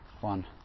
one